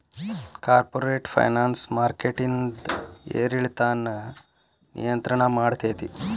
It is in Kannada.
ಕಾರ್ಪೊರೇಟ್ ಫೈನಾನ್ಸ್ ಮಾರ್ಕೆಟಿಂದ್ ಏರಿಳಿತಾನ ನಿಯಂತ್ರಣ ಮಾಡ್ತೇತಿ